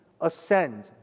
ascend